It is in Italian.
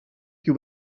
più